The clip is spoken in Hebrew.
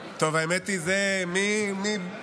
טוב, האמת היא שזה לעבור,